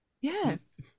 Yes